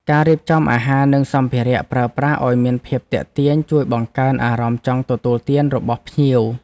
ការរៀបចំតុអាហារនិងសម្ភារៈប្រើប្រាស់ឱ្យមានភាពទាក់ទាញ ជួយបង្កើនអារម្មណ៍ចង់ទទួលទានរបស់ភ្ញៀវ។